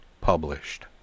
published